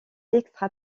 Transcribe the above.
extra